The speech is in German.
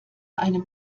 einem